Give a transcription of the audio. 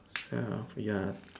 twelve ya